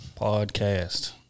Podcast